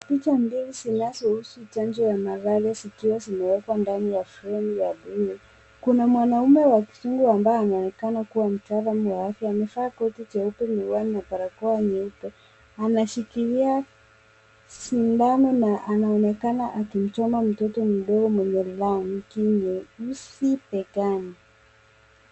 Picha mbili zinazohusu chanjo ya Malaria zikiwa zimewekwa ndani ya fremu ya bluu. Kuna mwanaume wa kizungu ambaye anaonekana kuwa mtaalam wa afya. Amevaa koti jeupe, miwani na barakoa nyeupe. Anashikilia sindano na anaonekana akimchoma mtoto mdogo mwenye rangi nyeusi begani.